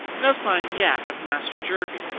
no sign yet of master jervie.